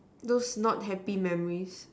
those not happy memories